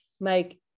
Mike